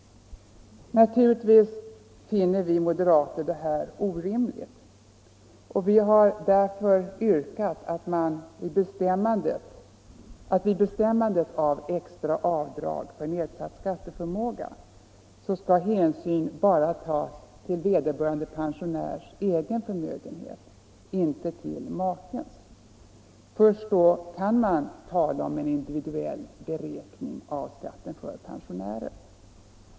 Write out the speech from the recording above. Vi moderater finner detta orimligt. Vi har därför yrkat att vid bestämmandet av extra avdrag för nedsatt skatteförmåga skall hänsyn bara tas till vederbörande pensionärs egen förmögenhet, inte till makens. Först då kan man tala om en individuell beräkning av skatten för pensionärer.